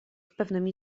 pewnymi